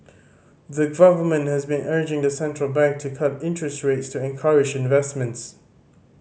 the government has been urging the central bank to cut interest rates to encourage investments